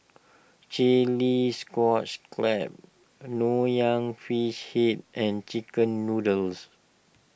Chilli Clams Nonya Fish Head and Chicken Noodles